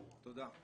תודה.